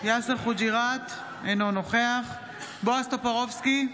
אינו נוכח בועז טופורובסקי,